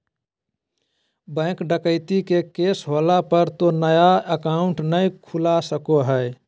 bank डकैती के case होला पर तो नया अकाउंट नय खुला सको हइ